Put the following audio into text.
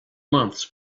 months